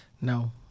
No